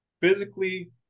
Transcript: Physically